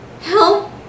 help